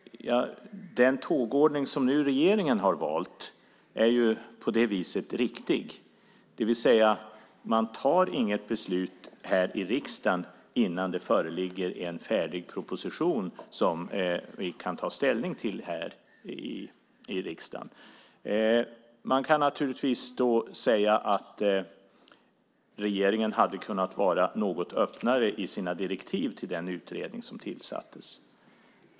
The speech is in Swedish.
Den tågordning som regeringen nu har valt är på det viset riktig, det vill säga att man inte fattar något beslut förrän det föreligger en färdig proposition som vi kan ta ställning till här i riksdagen. Man kan naturligtvis säga att regeringen hade kunnat vara något öppnare i sina direktiv till den utredning som tillsattes.